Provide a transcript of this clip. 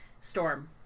Storm